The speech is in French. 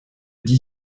dix